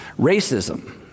Racism